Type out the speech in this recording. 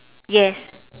yes